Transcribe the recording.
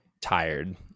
tired